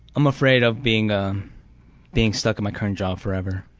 i'm afraid of being ah being stuck in my current job forever.